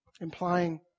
implying